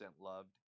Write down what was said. loved